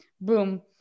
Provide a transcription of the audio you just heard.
boom